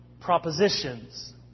propositions